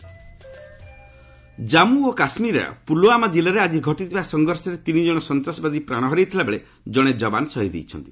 J and K encounter Jammu ଓ କାଶ୍କୀରର ପୁଲୁୱାମା କିଲ୍ଲାରେ ଆଜି ଘଟିଥିବା ସଂଘର୍ଷରେ ତିନି ଜଣ ସନ୍ତ୍ରାସବାଦୀ ପ୍ରାଣ ହରାଇଥିବା ବେଳେ ଜଣେ ଯବାନ ଶହୀଦ୍ ହୋଇଛନ୍ତି